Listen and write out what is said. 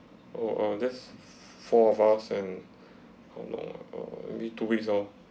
oh oh there's four of us and how long ah err maybe two weeks ah